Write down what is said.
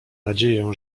nadzieję